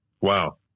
wow